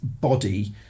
body